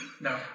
No